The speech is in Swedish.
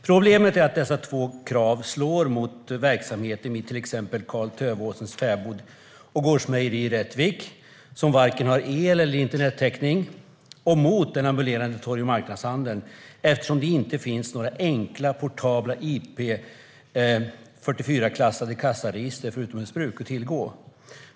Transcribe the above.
Problemet är att dessa två krav slår mot verksamheten i till exempel Karl-Tövåsens levande fäbod & gårdsmejeri i Rättvik, som inte har vare sig el eller internettäckning, och mot den ambulerande torg och marknadshandeln eftersom det inte finns några enkla portabla IP44-klassade kassaregister för utomhusbruk att tillgå.